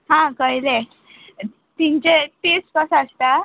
हां कळलें तिंचे टेस्ट कसो आसता